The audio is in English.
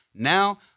Now